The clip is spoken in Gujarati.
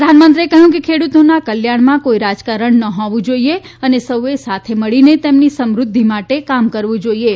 પ્રધાનમંત્રી એ કહ્યુંકે ખેડૂતો ના કલ્યાણમાં કોઈ રાજકારણ ન હોવું જોઈએ અને સૌ એ સાથે મળીને તેમની સમૃધ્ધિ માટે કામ કરવું જોઈએ